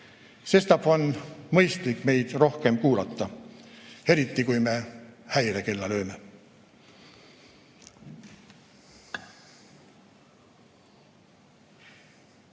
Sestap on mõistlik meid rohkem kuulata, eriti kui me häirekella lööme.